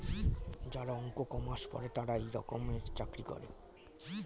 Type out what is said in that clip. যারা অঙ্ক, কমার্স পরে তারা এই রকমের চাকরি করে